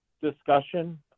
discussion